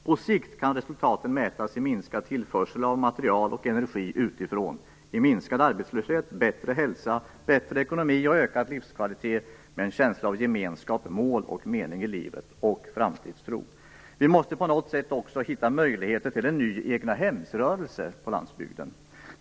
På sikt kan resultaten mätas i minskad tillförsel av material och energi utifrån, minskad arbetslöshet, bättre hälsa, bättre ekonomi och ökad livskvalitet med en känsla av gemenskap, mål och mening i livet och med framtidstro. Vi måste på något sätt också hitta möjligheter till en ny egnahemsrörelse på landsbygden.